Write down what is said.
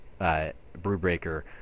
Brewbreaker